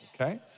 Okay